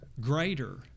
greater